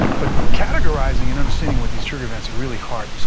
but categorizing and understanding what these trigger events are really hard. so